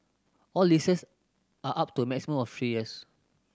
all leases are up to a maximum of three years